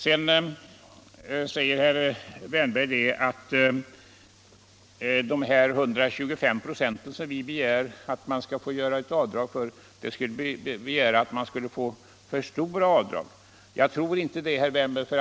Sedan säger herr Wärnberg att de 125 ?6 som vi begär att egenföretagare skall få göra avdrag med skulle innebära för stora avdrag. Jag tror inte det, herr Wärnberg.